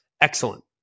excellent